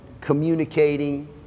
communicating